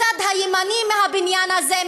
הצד הימני מהבניין הזה,